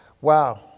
wow